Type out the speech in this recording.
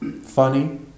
funny